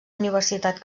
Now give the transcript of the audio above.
universitat